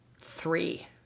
three